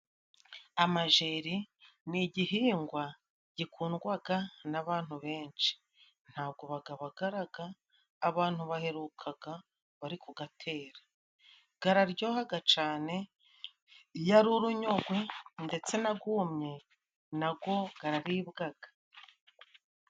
Amajeri ni igihingwa gikundwaga n'abantu benshi. Ntago bagabagaraga abantu baherukaga bari ku gatera gararyohaga cane, iyo ari urunyogwe ndetse na gumye nago gararibwaga.